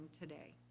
today